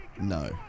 No